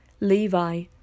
Levi